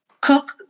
cook